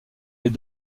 les